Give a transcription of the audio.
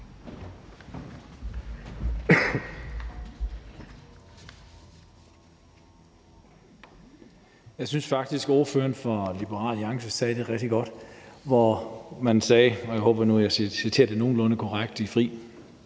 Jeg synes faktisk, at ordføreren fra Liberal Alliance sagde det rigtig godt, hvor man sagde – og jeg håber nu, at jeg citerer det nogenlunde korrekt i fri